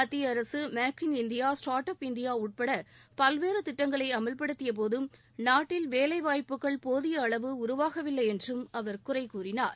மத்திய அரசு make in India start up India உட்பட பல்வேறு திட்டங்களை அமல்படுத்தியபோதும் நாட்டில் வேலைவாய்ப்புகள் போதிய அளவு உருவாகவில்லை என்றும் அவா குறை கூறினார்